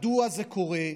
מדוע זה קורה?